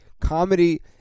comedy